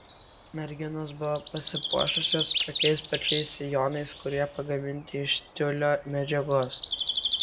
merginos buvo pasipuošusios tokiais pačiais sijonais kurie pagaminti iš tiulio medžiagos